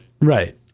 Right